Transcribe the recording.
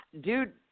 dude